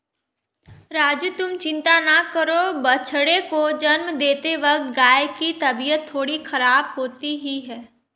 राजू तुम चिंता ना करो बछड़े को जन्म देते वक्त गाय की तबीयत थोड़ी खराब होती ही है